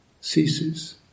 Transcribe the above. ceases